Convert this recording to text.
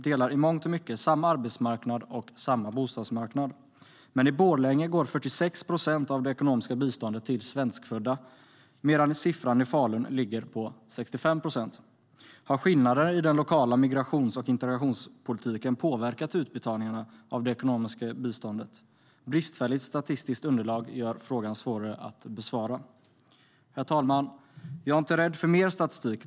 De delar i mångt och mycket samma arbetsmarknad och samma bostadsmarknad, men i Borlänge går 46 procent av det ekonomiska biståndet till svenskfödda, medan siffran i Falun ligger på 65 procent. Har skillnader i den lokala migrations och integrationspolitiken påverkat utbetalningarna av det ekonomiska biståndet? Bristfälligt statistiskt underlag gör frågan svårare att besvara. Herr talman! Jag är inte rädd för mer statistik.